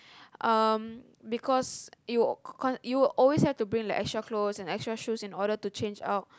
um because you would you would always have to bring the extra clothes and extra shoes in order to change out